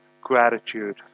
gratitude